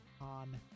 on